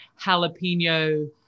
jalapeno